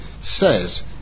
says